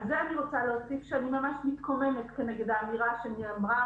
על זה אני רוצה להוסיף שאני ממש מתקוממת כנגד האמירה שנאמרה